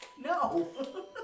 No